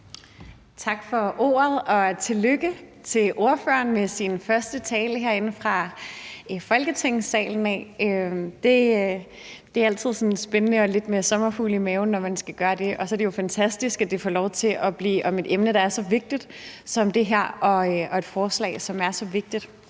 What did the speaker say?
Tak for ordet, og tillykke til ordføreren med sin første tale herinde i Folketingssalen. Det er altid spændende og lidt med sommerfugle i maven, når man skal gøre det. Og så er det jo fantastisk, at det er til et emne og et forslag, der er så vigtigt som det her. Jeg vil gerne spørge